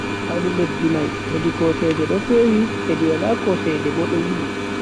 Fawli letz zi ma'i, heddi kose aje do fewe, heddi wala kose aje bo do wuli.